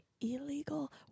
illegal